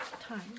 time